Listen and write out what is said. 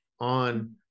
on